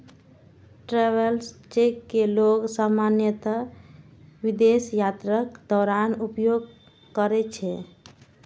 travellers cheque कें लोग सामान्यतः विदेश यात्राक दौरान उपयोग करै छै